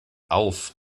auf